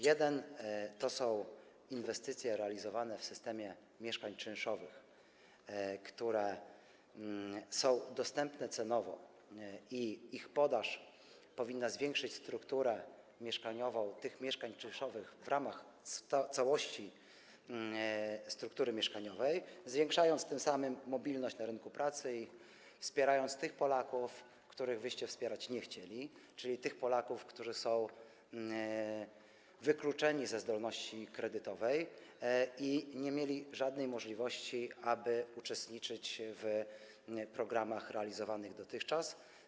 Jeden to inwestycje realizowane w systemie mieszkań czynszowych, które są dostępne cenowo, a ich podaż powinna zwiększyć strukturę mieszkaniową mieszkań czynszowych w ramach całości struktury mieszkaniowej, zwiększając tym samym mobilność na rynku pracy i wspierając tych Polaków, których wyście wspierać nie chcieli, czyli tych Polaków, którzy są wykluczeni ze zdolności kredytowej i nie mieli żadnej możliwości, aby uczestniczyć w programach realizowanych dotychczas.